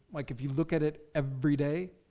like if you look at it every day,